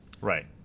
Right